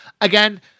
Again